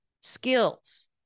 skills